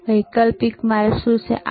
તો વૈકલ્પિક માર્ગ શું છે